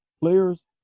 players